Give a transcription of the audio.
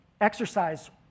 exercise